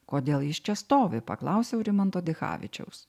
kodėl jis čia stovi paklausiau rimanto dichavičiaus